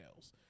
emails